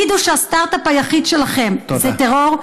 תגידו שהסטרטאפ היחיד שלכם זה טרור.